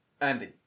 Andy